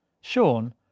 Sean